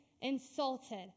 insulted